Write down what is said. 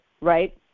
right